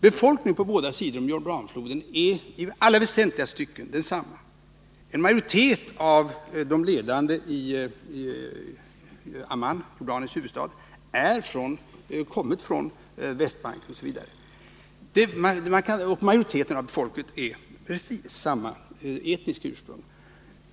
Befolkningen på båda sidor om Jordanfloden är i alla väsentliga stycken densamma. En majoritet av de ledande i Amman, Jordaniens huvudstad, har kommit från Västbanken osv. Majoriteten av folket är av precis samma etniska ursprung.